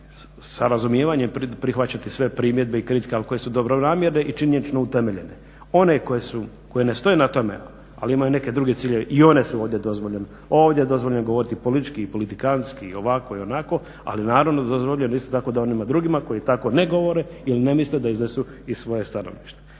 sa razumijevanjem prihvaćati sve primjedbe i kritike ali koje su dobronamjerne i činjenično utemeljene. One koje ne stoje na tome, ali imaju neke druge ciljeve i one su ovdje dozvoljene. Ovdje je dozvoljeno govoriti politički i politikantski i ovako i onako, ali naravno dozvoljeno je isto tako da onima drugima koji tako ne govore ili ne misle da iznesu i svoje stanovište.